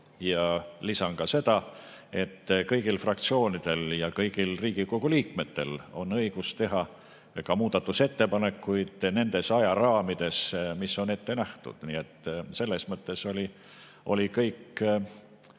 Lisan seda, et kõigil fraktsioonidel ja kõigil Riigikogu liikmetel on õigus teha ka muudatusettepanekuid nendes ajaraamides, mis on ette nähtud. Nii et selles mõttes oli kõik